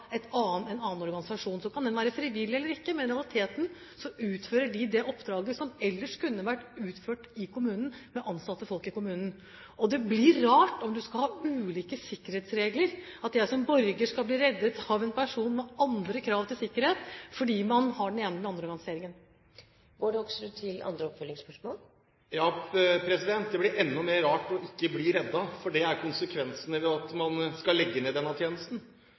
annen organisasjon. Så kan den være frivillig eller ikke, men i realiteten utfører de det oppdraget som ellers kunne vært utført i kommunen med ansatte folk i kommunen. Det blir rart om man skal ha ulike sikkerhetsregler, at jeg som borger skal bli reddet av en person med andre krav til sikkerhet, fordi man har den ene eller andre organiseringen. Det blir enda mer rart ikke å bli reddet, for det er konsekvensen av at man skal legge ned denne tjenesten.